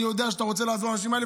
אני יודע שאתה רוצה לעזור לאנשים האלה,